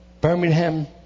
Birmingham